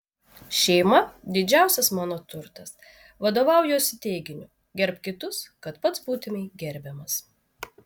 šeima didžiausias mano turtas vadovaujuosi teiginiu gerbk kitus kad pats būtumei gerbiamas